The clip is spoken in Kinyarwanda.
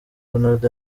ronaldo